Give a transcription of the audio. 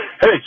Hey